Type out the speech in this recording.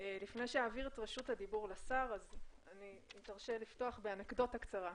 לפני שאעביר את רשות הדיבור לשר תרשה לי לפתוח באנקדוטה קצרה.